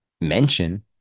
mention